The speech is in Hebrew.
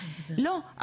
לא,